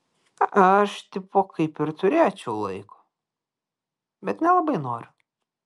aš tipo kaip ir turėčiau laiko bet nelabai noriu